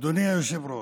אדוני היושב-ראש,